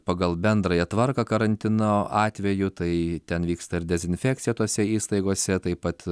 pagal bendrąją tvarką karantino atveju tai ten vyksta ir dezinfekcija tose įstaigose taip pat